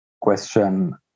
question